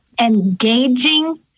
Engaging